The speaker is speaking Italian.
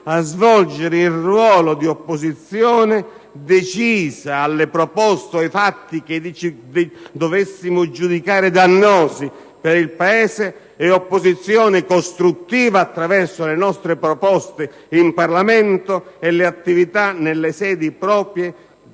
a svolgere il ruolo di opposizione decisa alle proposte o ai fatti che dovessimo giudicare dannosi per il Paese e di opposizione costruttiva attraverso le nostre proposte in Parlamento e le attività nelle sedi proprie